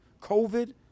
COVID